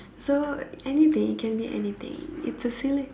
so anything it can be anything it's a silly